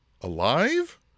alive